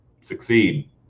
succeed